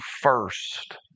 first